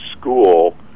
school